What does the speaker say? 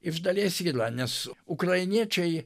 iš dalies yra nes ukrainiečiai